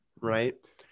right